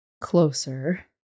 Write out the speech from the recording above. Closer